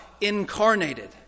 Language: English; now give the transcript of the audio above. incarnated